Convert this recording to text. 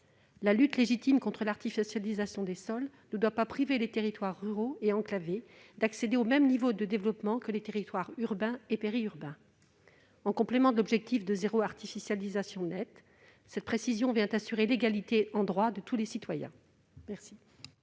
La lutte légitime contre l'artificialisation des sols ne doit pas empêcher les territoires ruraux et enclavés d'accéder au même niveau de développement que les territoires urbains et périurbains. En complément de l'objectif de zéro artificialisation nette, cette précision garantit l'égalité en droit de tous les citoyens.